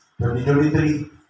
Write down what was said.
2023